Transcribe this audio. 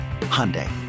Hyundai